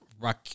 Rock